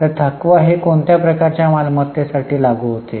तर थकवा हे कोणत्या प्रकारच्या मालमत्तेसाठी लागू होते